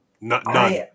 None